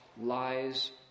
Lies